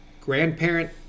grandparent